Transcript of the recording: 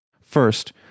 First